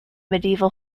medieval